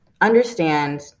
understand